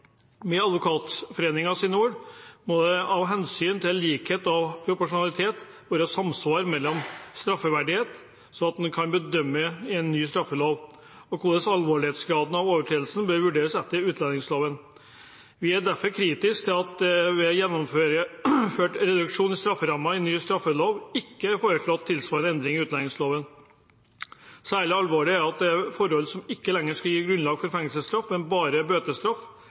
Med Advokatforeningens ord må det av hensyn til likhet og proporsjonalitet være samsvar mellom straffverdighet, slik den bedømmes i ny straffelov, og hvordan alvorlighetsgraden av overtredelsen bør vurderes etter utlendingsloven. Vi er derfor kritiske til at det ved gjennomført reduksjon i strafferammen i ny straffelov ikke er foreslått tilsvarende endringer i utlendingsloven. Særlig alvorlig er dette for de forhold som ikke lenger skal gi grunnlag for fengselsstraff, men bare bøtestraff